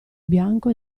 bianco